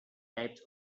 types